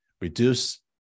reduce